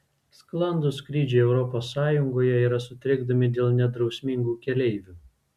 sklandūs skrydžiai europos sąjungoje yra sutrikdomi dėl nedrausmingų keleivių